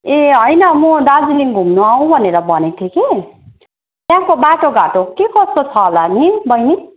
ए होइन म दार्जिलिङ घुम्नु आउँ भनेर भनेको थिएँ कि त्यहाँको बाटोघाटो के कस्तो छ होला नि बहिनी